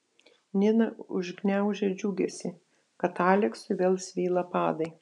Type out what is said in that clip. nina užgniaužė džiugesį kad aleksui vėl svyla padai